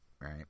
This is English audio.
right